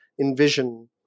envision